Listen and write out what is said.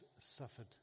suffered